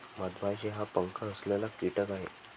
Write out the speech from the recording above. मधमाशी हा पंख असलेला कीटक आहे